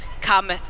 come